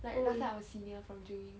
like last time our senior from during